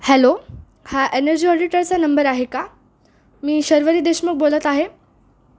hello हा energy ऑडिटरचा number आहे का मी शर्वरी देशमुख बोलत आहे